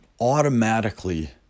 automatically